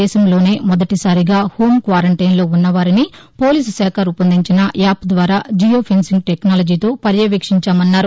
దేశంలోనే మొదటిసారిగా హోం క్వారంటైన్లో ఉన్నవారిని పోలీస్ శాఖ రూపొందించిన యాప్ ద్వారా జియో ఫెన్సింగ్ టెక్నాలజీతో పర్యవేక్షించామన్నారు